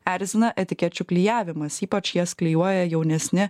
erzina etikečių klijavimas ypač jas klijuoja jaunesni